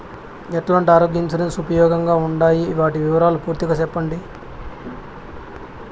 ఎట్లాంటి ఆరోగ్య ఇన్సూరెన్సు ఉపయోగం గా ఉండాయి వాటి వివరాలు పూర్తిగా సెప్పండి?